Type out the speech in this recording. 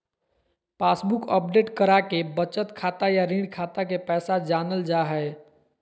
passbook update कराके बचत खाता या ऋण खाता के पैसा जानल जा हय